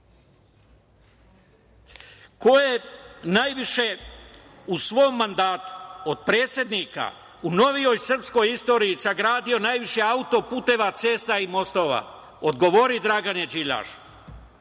je najviše u svom mandatu od predsednika u novijoj srpskoj istoriji sagradio najviše autoputeva, cesta i mostova? Odgovori Dragane Đilašu. Ko